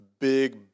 big